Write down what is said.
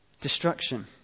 Destruction